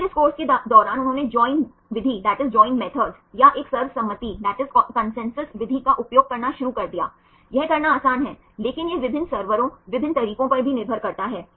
फिर इस कोर्स के दौरान उन्होंने जॉइन विधि या एक सर्वसम्मति विधि का उपयोग करना शुरू कर दिया यह करना आसान है लेकिन यह विभिन्न सर्वरों विभिन्न तरीकों पर भी निर्भर करता है